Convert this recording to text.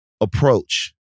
approach